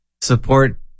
support